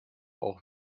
auch